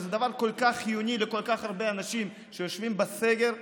דבר כל כך חיוני לכל כך הרבה אנשים שיושבים בסגר,